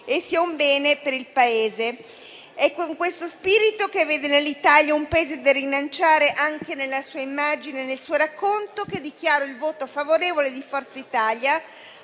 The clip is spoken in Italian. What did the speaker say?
per tutti e per il Paese. È con questo spirito, che vede nell'Italia un Paese da rilanciare anche nella sua immagine e nel suo racconto, che dichiaro il voto favorevole di Forza Italia